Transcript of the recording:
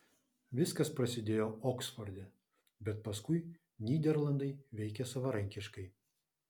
viskas prasidėjo oksforde bet paskui nyderlandai veikė savarankiškai